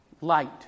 light